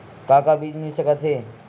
का का बीज मिल सकत हे?